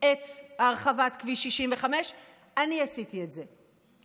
את הרחבת כביש 65. אני עשיתי את זה.